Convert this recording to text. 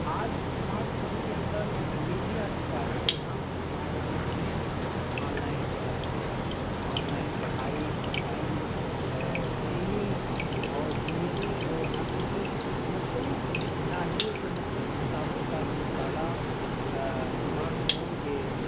آج smartphone کے اندر یہ بھی آ چکا ہے کہ ہم اسماٹ فون پہ آن لائن کلاسیں آن لائن پڑھائی آن لائن دینی اور دنیاوی اور عصری مختلف ناحیے سے مختلف کتابوں کا ہم مطالعہ اسماٹ فون کے